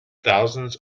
thousands